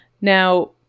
Now